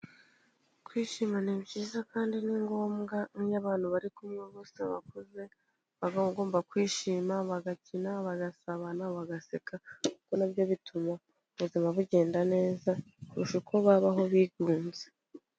Kwishima ni byiza kandi ni ngombwa iyo abantu bari kumwe bose bakuze, baba bagomba kwishima, bagakina, bagasabana, bagaseka kuko na byo bituma ubuzima bugenda neza kurusha uko babaho bigunze.